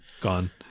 gone